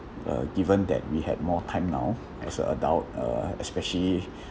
uh given that we had more time now as a adult uh especially